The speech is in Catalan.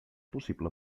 possible